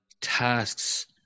tasks